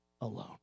alone